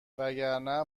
وگرنه